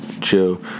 chill